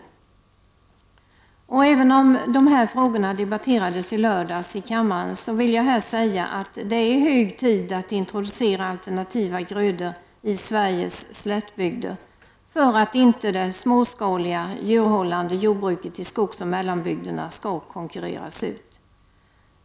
Även om de här frågorna debatterades i lördags i kammaren vill jag nu säga att det är hög tid att introducera alternativa grödor i Sveriges slättbygder, för att inte det småskaliga djurhållande jordbruket i skogsoch mellanbygderna skall konkurreras ut.